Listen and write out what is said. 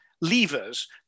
levers